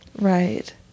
Right